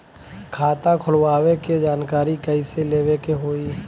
खाता खोलवावे के जानकारी कैसे लेवे के होई?